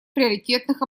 приоритетных